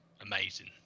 amazing